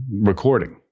recording